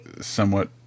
somewhat